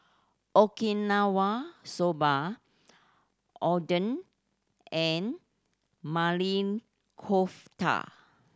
Okinawa Soba Oden and Maili Kofta